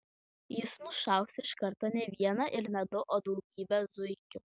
jis nušaus iš karto ne vieną ir ne du o daugybę zuikių